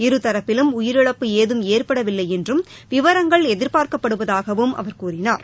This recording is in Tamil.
இருதரப்பிலும் உயிரிழப்பு ஏதம் ஏற்படவில்லை என்றும் விவரங்கள் எதிர்பார்க்கப்படுவதாகவும் அவர் கூறினார்